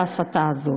ההסתה הזאת.